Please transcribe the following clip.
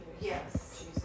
yes